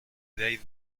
they